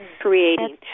Creating